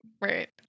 Right